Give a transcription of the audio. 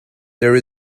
there